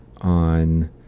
on